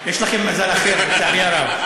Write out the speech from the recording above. יש לכם מזל אחר, לצערי הרב.